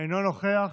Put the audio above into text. אינו נוכח,